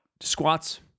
squats